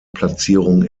platzierung